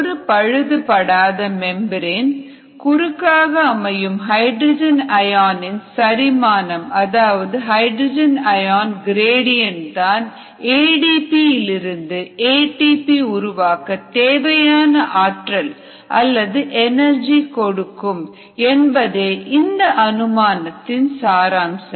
ஒரு பழுதுபடாத மெம்பரேன் குறுக்காக அமையும் ஹைட்ரஜன் அயனின் சரிமானம் அதாவது ஹைட்ரஜன் அயன் கிரேடிஅண்ட் தான் ADP இலிருந்து ATP உருவாக்க தேவையான ஆற்றல் அல்லது எனர்ஜி கொடுக்கும் என்பதே இந்த அனுமானத்தின் சாராம்சம்